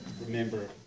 remember